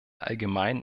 allgemeinen